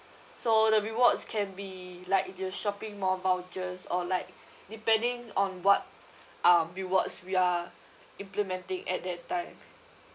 so the rewards can be like your shopping mall vouchers or like depending on what um rewards we are implementing at that time